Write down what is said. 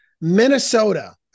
Minnesota